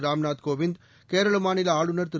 ராம்நாத் கோவிந்த் கேரள மாநில ஆளுநர் திரு